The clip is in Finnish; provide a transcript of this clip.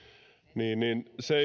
öljyä niin se